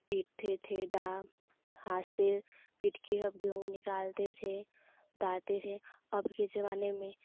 पिटते थे डाल हाथ से पीट कर गेहूँ निकालते थे दाते थे अब के ज़माने में